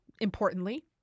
importantly